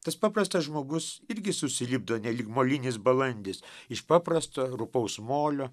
tas paprastas žmogus irgi susilipdo nelyg molinis balandis iš paprasto rupaus molio